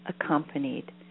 accompanied